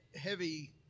heavy